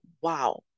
wow